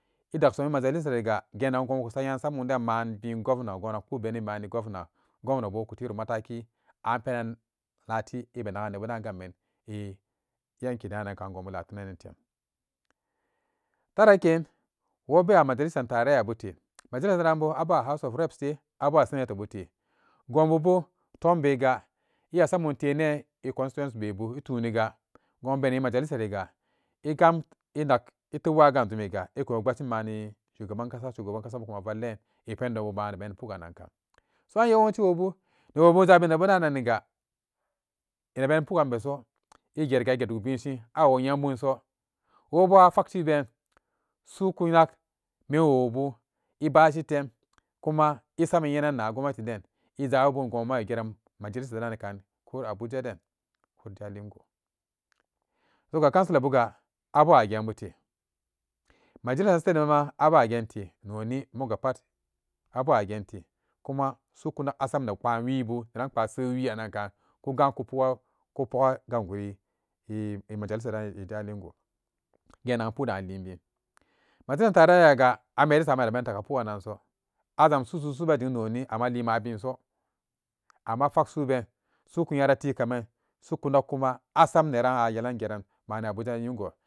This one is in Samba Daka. Ɛ daksumi majalisa riga genagan gonbu kusayan saden mani gomna ko ma ku merin mabin gomna, gomna bo ku tero mataki an penan kamati ɛ be nagan ne buden gambem ɛ yanki danan gonbu la tunanan teyan tara ken wo bewa majalisan tarayya bute, majalisa den bo, abewa house of reps te abewa senoto bute, gonbu bo tombe ga iya samum tenen e constituensy bebu, ɛ tuniga gon beni majalisa riga ɛ gam ɛ nak ɛ tem wa ga jumi ga ɛku beshin mani shugaban kasa, shugaban kasa kumavallin ɛ pendon byu bana beni bugannanka, so an yawanci woo bu newobu ɛ zabi nebu dananniga, ne rabeni pugannan beso, ɛ geriga ɛ ge duk binsin awo yenbun so wobo a fak su'uben su'ukuyak menwobu ɛ bashi tem kuma ɛ sam ɛ yenan na gwamnati den ɛ zabi bun gobuma ɛ geran na majalisa den kami ko abuja den ko jalingo woga councilor bugha abewa genbute majalisa denma abewa gente noni moga pat abewa gente kuma s'u kunak asam nepanwibu, neran kpa, se wiyannanka kugan ku puga ku poga ka guri ɛ majalisa ɛ jalingo gen nagan puden alinbin majalisan tarayya ga ameti saman abeni dakka pugannanso azang su, su, su, be ding noni amma li man binso, amma fak su'ubem, su'uku nyara ti kamen, su'ukunak kuma asam neran a yelanan geran mani abuja nyigo.